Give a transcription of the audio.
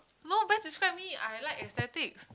no best describe me I like aesthetics